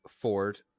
Ford